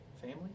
family